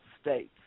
states